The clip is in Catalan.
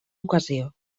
ocasió